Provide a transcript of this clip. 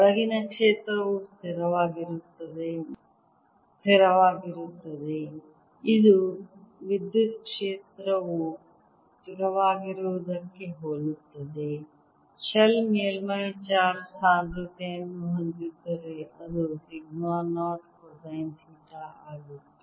ಒಳಗಿನ ಕ್ಷೇತ್ರವು ಸ್ಥಿರವಾಗಿರುತ್ತದೆ ಇದು ವಿದ್ಯುತ್ ಕ್ಷೇತ್ರವು ಸ್ಥಿರವಾಗಿರುವುದಕ್ಕೆ ಹೋಲುತ್ತದೆ ಶೆಲ್ ಮೇಲ್ಮೈ ಚಾರ್ಜ್ ಸಾಂದ್ರತೆಯನ್ನು ಹೊಂದಿದ್ದರೆ ಅದು ಸಿಗ್ಮಾ 0 ಕೊಸೈನ್ ಥೀಟಾ ಆಗಿತ್ತು